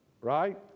Right